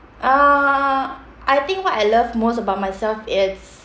uh I think what I love most about myself it's